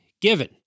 given